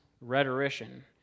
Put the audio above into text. rhetorician